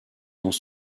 dans